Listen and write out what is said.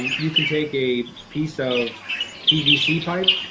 um you can take a piece of pvc pipe,